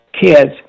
kids